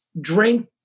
drink